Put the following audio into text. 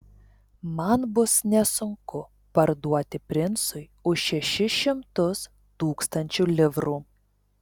man bus nesunku parduoti princui už šešis šimtus tūkstančių livrų